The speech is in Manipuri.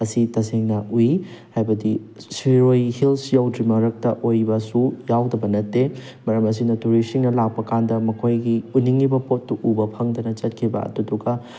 ꯑꯁꯤ ꯇꯁꯦꯡꯅ ꯎꯏ ꯍꯥꯏꯕꯗꯤ ꯁꯤꯔꯣꯏ ꯍꯤꯜꯁ ꯌꯧꯗ꯭ꯔꯤ ꯃꯔꯛꯇ ꯑꯣꯏꯕꯁꯨ ꯌꯥꯎꯗꯕ ꯅꯠꯇꯦ ꯃꯔꯝ ꯑꯁꯤꯅ ꯇꯨꯔꯤꯁꯁꯤꯡꯅ ꯂꯥꯛꯄ ꯀꯥꯟꯗ ꯃꯈꯣꯏꯒꯤ ꯎꯅꯤꯡꯉꯤꯕ ꯄꯣꯠꯇꯨ ꯎꯕ ꯐꯪꯗꯅ ꯆꯠꯈꯤꯕ ꯑꯗꯨꯗꯨꯒ